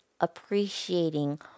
appreciating